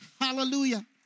hallelujah